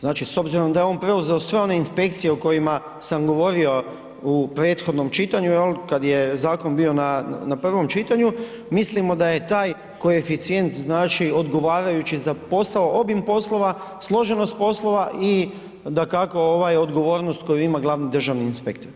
Znači, s obzirom da je on preuzeo sve one inspekcije o kojima sam govorio u prethodnom čitanju jel kad je zakon bio na prvom čitanju, mislimo da je taj koeficijent znači odgovarajući za posao, obim poslova, složenost poslova i dakako odgovornost koju ima glavni državni inspektor.